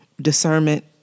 discernment